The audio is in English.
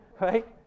right